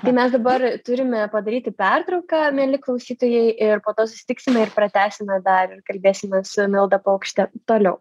tai mes dabar turime padaryti pertrauką mieli klausytojai ir po to susitiksime ir pratęsime dar ir kalbėsimės su milda paukšte toliau